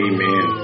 Amen